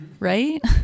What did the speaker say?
Right